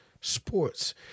sports